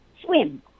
swim